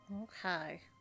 Okay